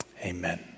Amen